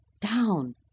down